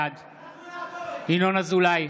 בעד ינון אזולאי,